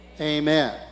amen